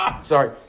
Sorry